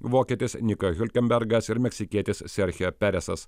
vokietis niko hulkenbergas ir meksikietis serche peresas